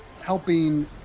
helping